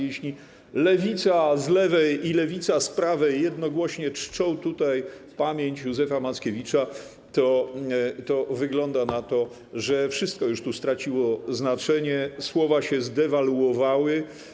Jeśli lewica z lewej i lewica z prawej jednogłośnie czczą pamięć Józefa Mackiewicza, to wygląda na to, że wszystko już straciło tu znaczenie, słowa się zdewaluowały.